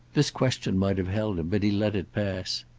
this question might have held him, but he let it pass.